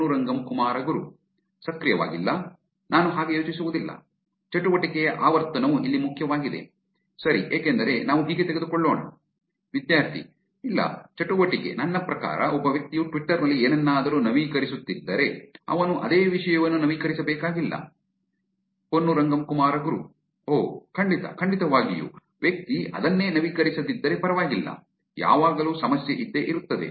ಪೊನ್ನುರಂಗಂ ಕುಮಾರಗುರು ಸಕ್ರಿಯವಾಗಿಲ್ಲ ನಾನು ಹಾಗೆ ಯೋಚಿಸುವುದಿಲ್ಲ ಚಟುವಟಿಕೆಯ ಆವರ್ತನವು ಇಲ್ಲಿ ಮುಖ್ಯವಾಗಿದೆ ಸರಿ ಏಕೆಂದರೆ ನಾವು ಹೀಗೆ ತೆಗೆದುಕೊಳ್ಳೋಣ - ವಿದ್ಯಾರ್ಥಿ ಇಲ್ಲ ಚಟುವಟಿಕೆ ನನ್ನ ಪ್ರಕಾರ ಒಬ್ಬ ವ್ಯಕ್ತಿಯು ಟ್ವಿಟ್ಟರ್ ನಲ್ಲಿ ಏನನ್ನಾದರೂ ನವೀಕರಿಸುತ್ತಿದ್ದರೆ ಉಲ್ಲೇಖಿತ ಸಮಯ 2146 ಅವನು ಅದೇ ವಿಷಯವನ್ನು ನವೀಕರಿಸಬೇಕಾಗಿಲ್ಲ ಪೊನ್ನುರಂಗಂ ಕುಮಾರಗುರು ಓಹ್ ಖಂಡಿತಾ ಖಂಡಿತವಾಗಿಯೂ ವ್ಯಕ್ತಿ ಅದನ್ನೇ ನವೀಕರಿಸದಿದ್ದರೆ ಪರವಾಗಿಲ್ಲ ಯಾವಾಗಲೂ ಸಮಸ್ಯೆ ಇದ್ದೇ ಇರುತ್ತದೆ